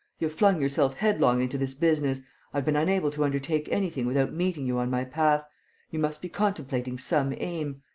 you have flung yourself headlong into this business i have been unable to undertake anything without meeting you on my path you must be contemplating some aim.